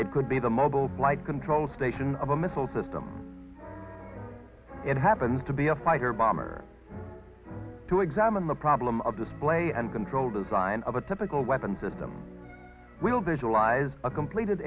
it could be the mobile blight control station of a missile system it happens to be a fighter bomber to examine the problem of this plane and control design of a typical weapons system will visualize a completed